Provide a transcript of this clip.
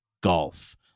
Golf